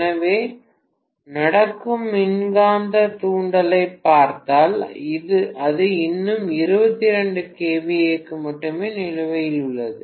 எனவே நடக்கும் மின்காந்த தூண்டலைப் பார்த்தால் அது இன்னும் 22 kVA க்கு மட்டுமே நிலுவையில் உள்ளது